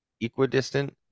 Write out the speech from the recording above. equidistant